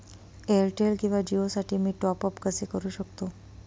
Airtel किंवा जिओसाठी मी टॉप ॲप कसे करु शकतो?